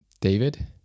David